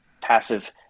passive